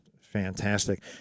fantastic